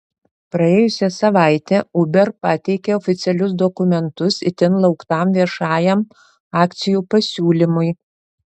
praėjusią savaitę uber pateikė oficialius dokumentus itin lauktam viešajam akcijų pasiūlymui